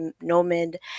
nomad